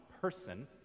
person